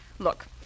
Look